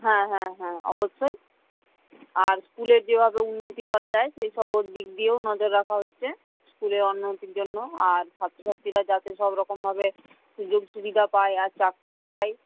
হ্যাঁ হ্যাঁ হ্যাঁ অবশ্যই আর স্কুলের যেভাবে উন্নতি করা যায় সেই সবও দিক দিয়েও নজর রাখা হচ্ছে স্কুলে উন্নতির জন্য আর ছাত্রছাত্রীরা যাতে সব রকমভাবে সুযোগ সুবিধা পায় আর চাকরি পায়